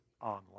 online